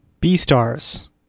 b-stars